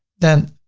then,